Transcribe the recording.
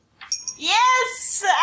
Yes